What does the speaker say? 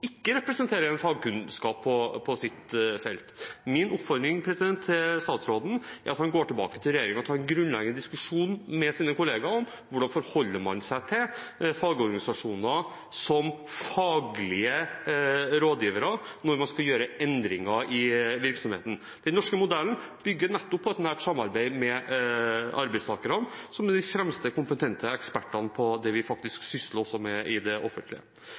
ikke representerer en fagkunnskap på sitt felt. Min oppfordring til statsråden er at han går tilbake til regjeringen og tar en grunnleggende diskusjon med sine kolleger om hvordan man forholder seg til fagorganisasjoner som faglige rådgivere når man skal gjøre endringer i virksomheten. Den norske modellen bygger nettopp på et nært samarbeid med arbeidstakerne som de fremste kompetente ekspertene på det vi faktisk også sysler med i det offentlige.